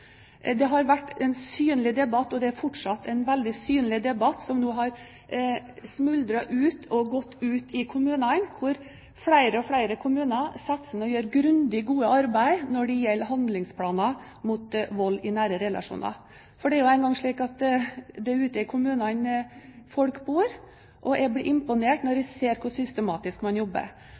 Det har vært en synlig debatt, og det er fortsatt en veldig synlig debatt ute i kommunene, og flere og flere kommuner setter seg ned og gjør grundig, godt arbeid når det gjelder handlingsplaner mot vold i nære relasjoner. Det er jo engang slik at det er ute i kommunene folk bor, og jeg blir imponert når jeg ser hvor systematisk man jobber.